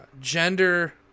Gender